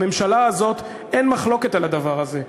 בממשלה הזאת אין מחלוקת על הדבר הזה,